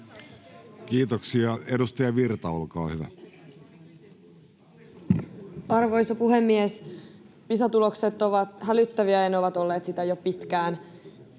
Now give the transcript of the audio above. liik) Time: 16:30 Content: Arvoisa puhemies! Pisa-tulokset ovat hälyttäviä, ja ne ovat olleet sitä jo pitkään.